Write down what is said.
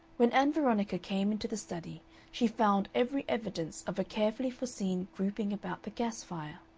when ann veronica came into the study she found every evidence of a carefully foreseen grouping about the gas fire.